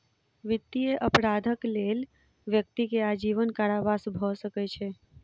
वित्तीय अपराधक लेल व्यक्ति के आजीवन कारावास भ सकै छै